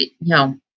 No